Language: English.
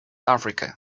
africa